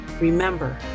remember